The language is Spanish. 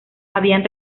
habían